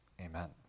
amen